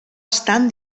estan